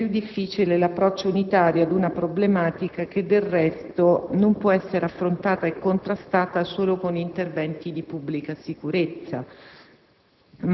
rende più difficile l'approccio unitario ad una problematica che, del resto, non può essere affrontata e contrastata solo con interventi di pubblica sicurezza,